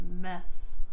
Meth